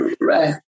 Right